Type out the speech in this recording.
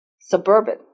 suburban